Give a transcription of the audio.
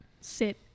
sit